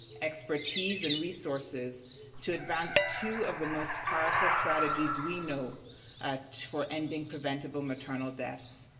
expertise, and resources to advance two of the most powerful strategies we know ah for ending preventable maternal deaths.